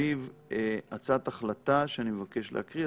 סביב הצעת החלטה שאני מבקש להקריא.